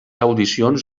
audicions